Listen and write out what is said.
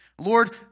Lord